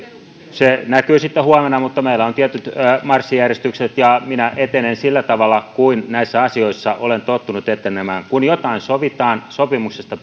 se näkyy sitten huomenna mutta meillä on tietyt marssijärjestykset ja minä etenen sillä tavalla kuin näissä asioissa olen tottunut että kun jotain sovitaan sopimuksesta